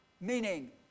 meaning